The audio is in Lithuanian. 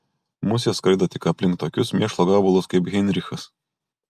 musės skraido tik aplink tokius mėšlo gabalus kaip heinrichas